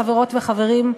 חברות וחברים,